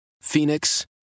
Phoenix